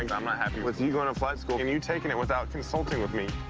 and i'm not happy with you going to flight school and you taking it without consulting with me.